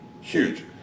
huge